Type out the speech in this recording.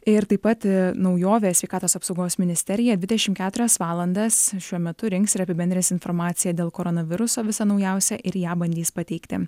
ir taip pat naujovė sveikatos apsaugos ministerija dvidešimt keturias valandas šiuo metu rinks ir apibendrins informaciją dėl koronaviruso visą naujausią ir ją bandys pateikti